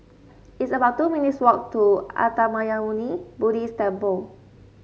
it's about two minutes' walk to Uttamayanmuni Buddhist Temple